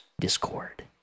Discord